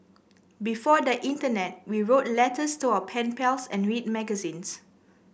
before the Internet we wrote letters to our pen pals and read magazines